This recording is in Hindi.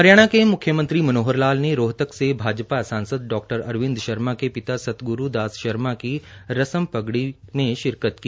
हरियाणा के मुख्यमंत्री मनोहर लाल ने रोहतक से भाजपा सांसद डा अरविंद शर्मा के पिता सतगुरू दास शर्मा की रस्म पगड़ी में शिरकत की